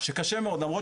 שקשה מאוד להתמודד איתם,